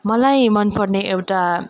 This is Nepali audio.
मलाई मन पर्ने एउटा